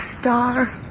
star